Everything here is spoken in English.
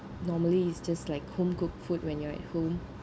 normally is just like home cooked food when you're at home